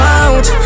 out